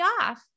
off